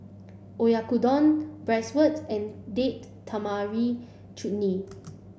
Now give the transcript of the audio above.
Oyakodon Bratwurst and Date Tamarind Chutney